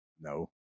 No